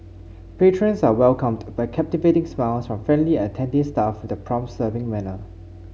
patrons are welcomed by captivating smiles from friendly and attentive staff with the prompt serving manner